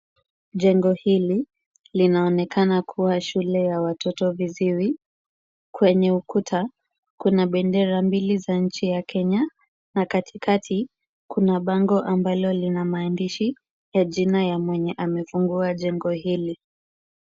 Jengo hili linaonekana kuwa shule ya watoto viziwi. Kwenye ukuta kuna bendera mbili za nchi ya Kenya na katikati kuna bango ambalo lina maandishi ya jina ya mwenye amefungua jengo hili.